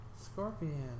Scorpion